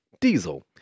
Diesel